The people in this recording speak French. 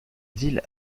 ville